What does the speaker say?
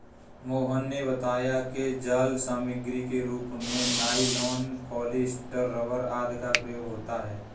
मोहन ने बताया कि जाल सामग्री के रूप में नाइलॉन, पॉलीस्टर, रबर आदि का प्रयोग होता है